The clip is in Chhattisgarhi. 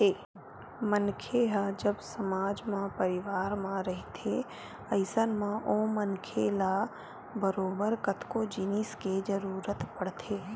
मनखे ह जब समाज म परवार म रहिथे अइसन म ओ मनखे ल बरोबर कतको जिनिस के जरुरत पड़थे